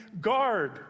guard